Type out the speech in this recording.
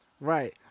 right